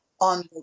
on